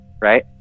right